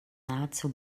nahezu